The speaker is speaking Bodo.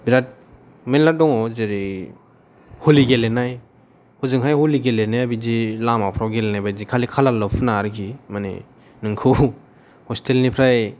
बिराद मेरला दङ जेरै हलि गेलेनाय हजोंहाय हलि गेलेनाया बिदि लामाफ्राव गेलेनाय बायदि खालि कालार ल' फुना आरोखि माने नोंखौ हस्टेल निफ्राय